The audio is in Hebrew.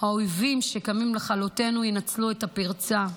האויבים שקמים לכלותינו ינצלו את הפרצה.